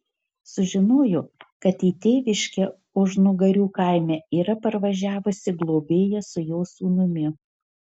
sužinojo kad į tėviškę ožnugarių kaime yra parvažiavusi globėja su jo sūnumi